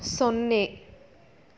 ಸೊನ್ನೆ